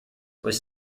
was